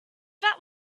that